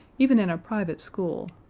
even in a private school,